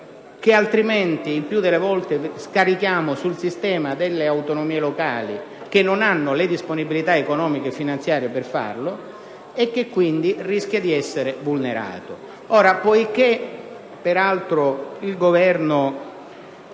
che altrimenti il più delle volte scarichiamo sul sistema delle autonomie locali, che non hanno le disponibilità economiche e finanziarie per farlo e che quindi rischia di essere vulnerato. Poiché il Governo